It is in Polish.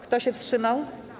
Kto się wstrzymał?